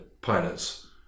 pilots